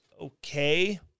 Okay